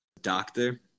Doctor